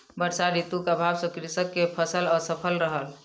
वर्षा ऋतू के अभाव सॅ कृषक के फसिल असफल रहल